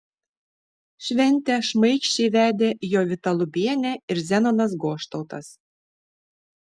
šventę šmaikščiai vedė jovita lubienė ir zenonas goštautas